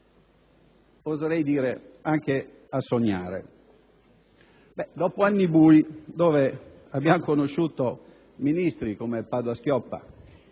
oserei dire, anche a sognare. Dopo anni bui, dove abbiamo conosciuto ministri come Padoa-Schioppa,